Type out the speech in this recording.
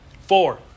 Four